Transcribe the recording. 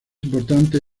importante